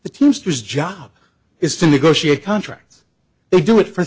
the teamsters job is to negotiate contracts they do it for